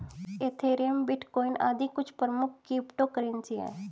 Ethereum, bitcoin आदि कुछ प्रमुख क्रिप्टो करेंसी है